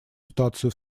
ситуацию